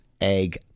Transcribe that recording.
egg